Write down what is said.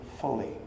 fully